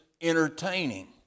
entertaining